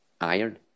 Iron